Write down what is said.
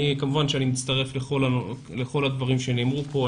כמובן שאני מצטרף לכל הדברים שנאמרו פה.